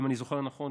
אם אני זוכר נכון,